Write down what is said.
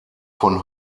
von